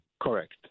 Correct